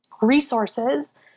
resources